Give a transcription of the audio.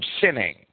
sinning